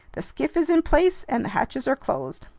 the skiff is in place and the hatches are closed.